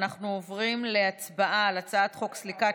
אנחנו עוברים להצבעה על הצעת חוק סליקת,